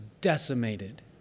decimated